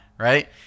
Right